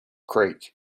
creek